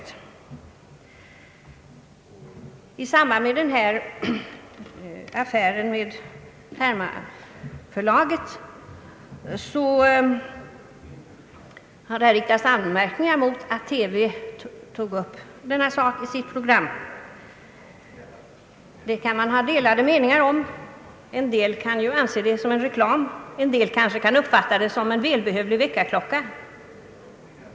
I samband med affären med Termacförlaget har här riktats anmärkningar mot att TV tog upp denna sak i sitt program. Det kan man ha delade meningar om. En del kan betrakta inslaget som reklam; en del kan uppfatta det som en välbehövlig väckarklocka.